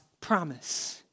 promise